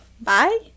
bye